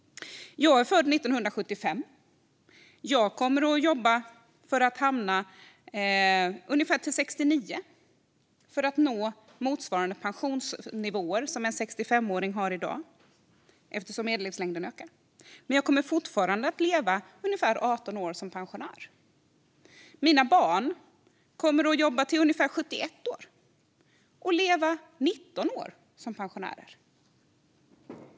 Jag är född 1975. För att nå motsvarande pensionsnivå som en 65-åring har i dag kommer jag att jobba tills jag är ungefär 69, eftersom medellivslängden ökar. Men jag kommer fortfarande att leva ungefär 18 år som pensionär. Mina barn kommer att jobba tills de är ungefär 71 år och leva 19 år som pensionärer.